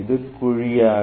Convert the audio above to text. இது குழி ஆடி